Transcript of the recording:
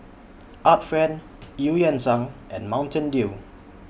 Art Friend EU Yan Sang and Mountain Dew